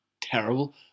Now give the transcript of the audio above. terrible